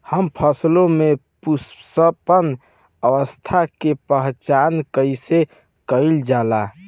हम फसलों में पुष्पन अवस्था की पहचान कईसे कईल जाला?